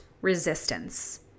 resistance